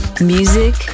music